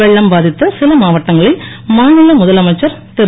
வெள்ளம் பாதித்த சில மாவட்டங்களை மாநில முதலமைச்சர் திரு